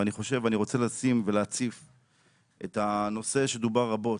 ואני רוצה להציף את הנושא שדובר רבות,